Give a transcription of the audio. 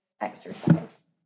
exercise